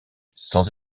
sans